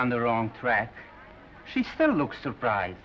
on the wrong track she still looks surprise